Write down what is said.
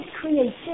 creativity